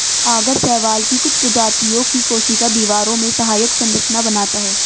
आगर शैवाल की कुछ प्रजातियों की कोशिका दीवारों में सहायक संरचना बनाता है